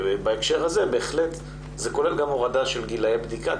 בהקשר הזה בהחלט זה כולל גם הורדה של גילאי בדיקה,